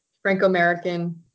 Franco-American